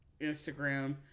Instagram